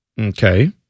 Okay